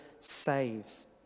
saves